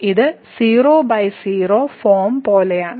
ഇത് 00 ഫോം പോലെയാണ്